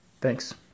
Thanks